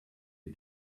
you